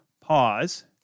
pause